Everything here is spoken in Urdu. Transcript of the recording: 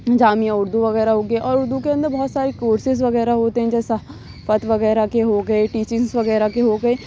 جامعہ اردو وغیرہ ہو گیا اور اردو کے اندر بہت سارے کورسز وغیرہ ہوتے ہیں جیسا خط وغیرہ کے ہو گئے ٹیچنگس وغیرہ کے ہو گئے